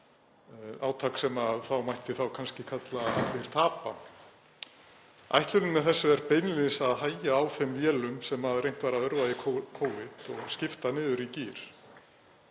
átak sem mætti kannski kalla Allir tapa. Ætlunin með þessu er beinlínis að hægja á þeim vélum sem reynt var að örva í Covid og skipta niður í gír.